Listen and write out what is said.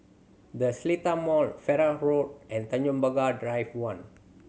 The Seletar Mall Farrer Road and Tanjong Pagar Drive One